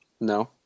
No